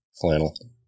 flannel